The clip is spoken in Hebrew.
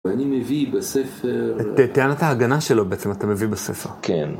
אני מביא בספר... אתה טען את ההגנה שלו בעצם, אתה מביא בספר. כן.